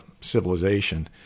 civilization